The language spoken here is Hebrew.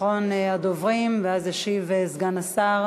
אחרון הדוברים, ואז ישיב סגן השר